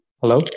Hello